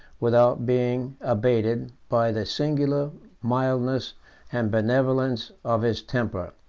without being abated, by the singular mildness and benevolence of his temper.